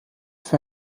für